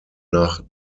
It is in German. nach